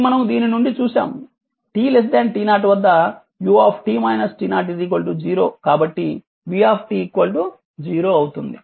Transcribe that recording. ఇది మనము దీని నుండి చూసాము t t0 వద్ద u 0 కాబట్టి v 0 అవుతుంది